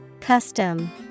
Custom